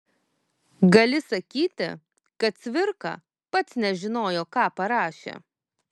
gali sakyti kad cvirka pats nežinojo ką parašė